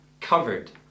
covered